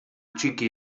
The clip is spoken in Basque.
txiki